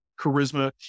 Charisma